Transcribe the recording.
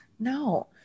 No